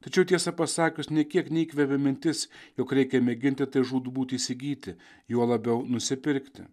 tačiau tiesą pasakius nė kiek neįkvėpė mintis jog reikia mėginti tai žūtbūt įsigyti juo labiau nusipirkti